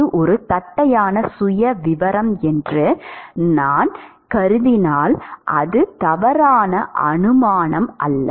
அது ஒரு தட்டையான சுயவிவரம் என்று நான் கருதினால் அது தவறான அனுமானம் அல்ல